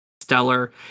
stellar